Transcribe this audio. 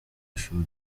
ishuli